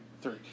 three